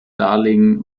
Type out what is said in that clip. darlehen